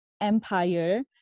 empire